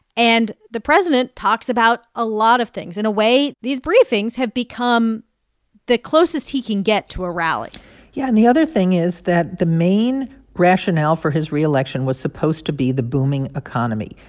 and the president talks about a lot of things. in a way, these briefings have become the closest he can get to a rally yeah. and the other thing is that the main rationale for his reelection was supposed to be the booming economy.